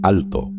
Alto